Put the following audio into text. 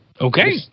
Okay